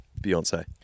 Beyonce